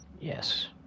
Yes